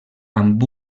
amb